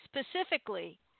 Specifically